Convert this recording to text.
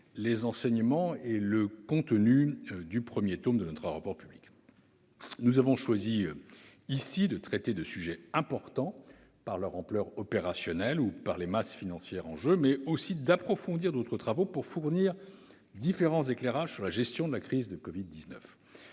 les enseignements et le contenu du premier tome de notre rapport public. Nous avons choisi ici de traiter de sujets importants par leur ampleur opérationnelle ou par les masses financières en jeu, mais aussi d'approfondir d'autres travaux, pour fournir différents éclairages sur la gestion de la crise du covid-19.